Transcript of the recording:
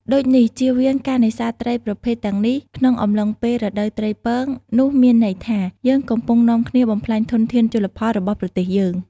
ដូចនេះជៀសវាងការនេសាទត្រីប្រភេទទាំងនេះ ក្នុងកំឡុងពេលរដូវត្រីពង នោះមានន័យថា យើងកំពុងនាំគ្នាបំផ្លាញធនធានជលផលរបស់ប្រទេសយើង។